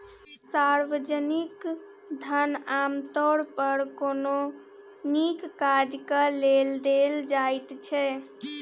सार्वजनिक धन आमतौर पर कोनो नीक काजक लेल देल जाइत छै